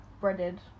breaded